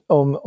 om